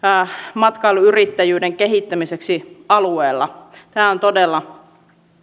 matkailuyrittäjyyden kehittämiseksi alueella tämä on todella